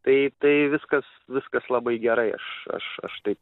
tai tai viskas viskas labai gerai aš aš aš tai